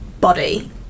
body